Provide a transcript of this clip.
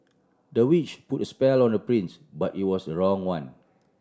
the witch put a spell on the prince but it was the wrong one